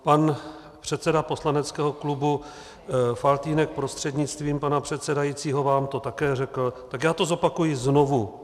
Pan předseda poslaneckého klubu Faltýnek prostřednictvím pana předsedajícího vám to také řekl, tak já to zopakuji znovu.